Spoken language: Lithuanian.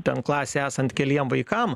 ten klasėj esant keliem vaikam